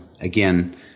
Again